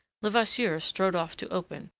levasseur strode off to open.